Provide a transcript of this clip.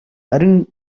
харин